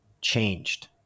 changed